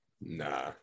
Nah